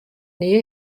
nea